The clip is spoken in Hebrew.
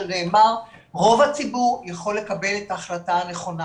רוב הציבור יכול לקבל את ההחלטה הנכונה.